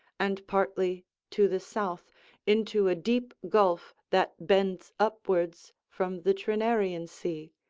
and partly to the south into a deep gulf that bends upwards from the trinaerian sea,